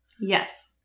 Yes